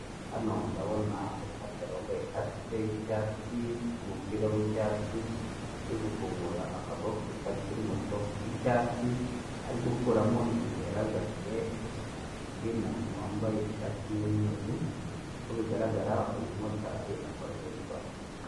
Hano ndabona umumotari wambaye kasike y'icyatsi n'umupira w'icyatsi, uri gufungura akabogisi kari kuri moto k'icyatsi, ari gukuramo ibintu yarazaniye undi umuntu wambaye ishati y'umweru, uko bigaragara utu mumotari akora derivari.